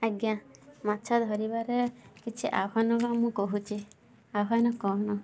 ଆଜ୍ଞା ମାଛ ଧରିବାରେ କିଛି ଆହ୍ୱାନ ମୁଁ କହୁଛି ଆହ୍ୱାନ କ'ଣ